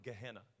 Gehenna